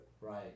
Right